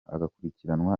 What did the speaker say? agakurikiranwa